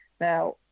now